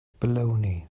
baloney